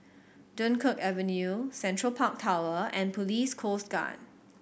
Dunkirk Avenue Central Park Tower and Police Coast Guard